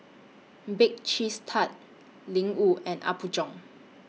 Bake Cheese Tart Ling Wu and Apgujeong